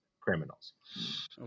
criminals